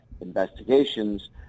investigations